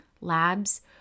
labs